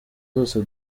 zose